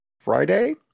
Friday